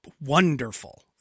wonderful